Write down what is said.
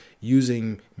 using